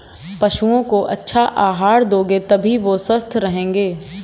पशुओं को अच्छा आहार दोगे तभी वो स्वस्थ रहेंगे